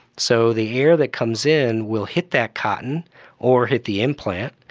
so the air that comes in will hit that cotton or hit the implant,